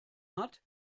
hat